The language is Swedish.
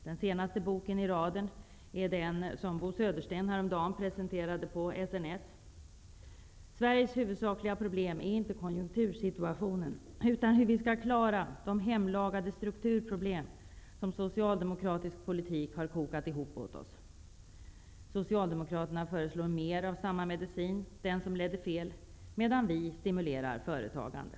Den senaste boken i raden presenterade Bo Södersten häromdagen på SNS. Sveriges huvudsakliga probelm är inte konjunktursituationen utan hur vi skall klara de hemlagade strukturproblem som en socialdemokratisk politik har kokat ihop åt oss. Socialdemokraterna föreslår mer av samma medicin -- den som ledde fel --, medan vi stimulerar företagande.